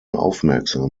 aufmerksam